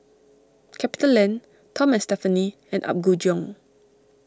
CapitaLand Tom and Stephanie and Apgujeong